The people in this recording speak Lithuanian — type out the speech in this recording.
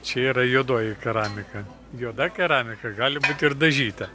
čia yra juodoji keramika juoda keramika gali būti ir dažyta